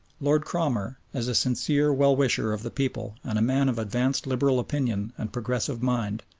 lord cromer, as a sincere well-wisher of the people and a man of advanced liberal opinion and progressive mind,